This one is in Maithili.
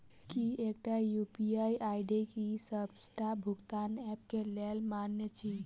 की एकटा यु.पी.आई आई.डी डी सबटा भुगतान ऐप केँ लेल मान्य अछि?